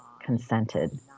consented